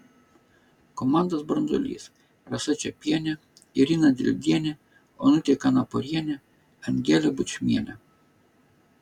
komandos branduolys rasa čepienė irina dildienė onutė kanaporienė angelė bučmienė